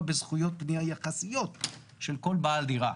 בזכויות בנייה יחסיות של כל בעל דירה".